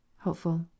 Hopeful